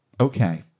Okay